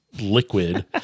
liquid